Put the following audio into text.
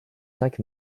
cinq